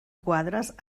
quadres